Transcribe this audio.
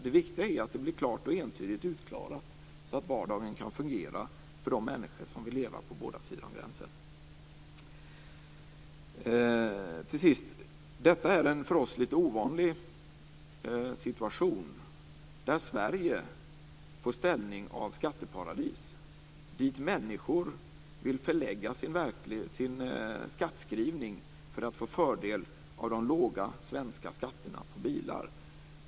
Det viktiga är att det blir klart och entydigt utklarat så att vardagen kan fungera för de människor som vill leva på båda sidor om gränsen. Till sist: Detta är en för oss litet ovanlig situation där Sverige får ställning som skatteparadis, dit människor vill förlägga sin skattskrivning för att få fördel av de låga svenska skatterna på bilar.